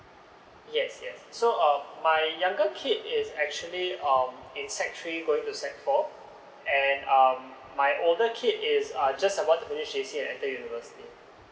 yes yes so uh my younger kid is actually um in sec three going to sec four and um my older kid is err just about to finish j c and enter university